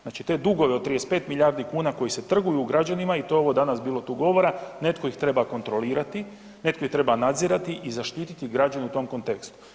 Znači te dugove od 35 milijardi kuna koji se trguju građanima i to je ovo danas bilo tu govora netko ih treba kontrolirati, netko ih treba nadzirati i zaštiti građane u tom kontekstu.